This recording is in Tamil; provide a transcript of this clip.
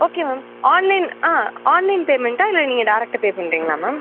ஓகே மேம் ஆன்லைன் ஆ ஆன்லைன் பேமெண்ட்டா இல்லை நீங்கள் டேரக்ட்டாக பே பண்ணுறீங்களா மேம்